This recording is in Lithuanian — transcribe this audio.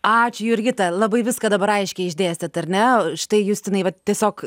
ačiū jurgita labai viską dabar aiškiai išdėstėt ar ne štai justinai vat tiesiog